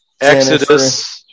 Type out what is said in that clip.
Exodus